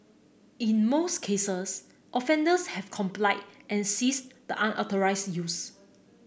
in most cases offenders have complied and ceased the unauthorised use